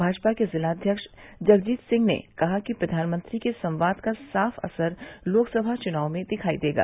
भाजपा के जिलाध्यक्ष जगजीत सिंह ने कहा कि प्रधानमंत्री के संवाद का साफ असर लोकसभा चुनाव में दिखाई देगा